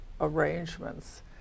arrangements